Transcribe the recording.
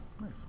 Nice